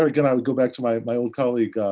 i would go back to my my old colleague,